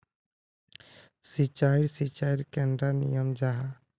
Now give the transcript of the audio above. सिंचाई सिंचाईर कैडा नियम जाहा?